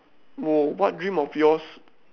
oh what dreams of yours